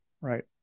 Right